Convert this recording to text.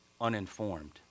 uninformed